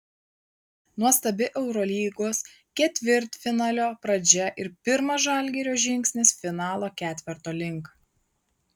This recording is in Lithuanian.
nuostabi eurolygos ketvirtfinalio pradžia ir pirmas žalgirio žingsnis finalo ketverto link